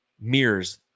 mirrors